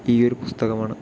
ഈ ഒരു പുസ്തകമാണ്